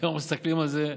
היום מסתכלים על זה בערגה.